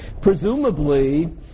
Presumably